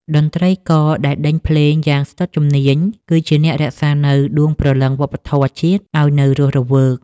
តន្ត្រីករដែលដេញភ្លេងយ៉ាងស្ទាត់ជំនាញ គឺជាអ្នករក្សានូវដួងព្រលឹងវប្បធម៌ជាតិឱ្យនៅរស់រវើក។